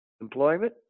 Employment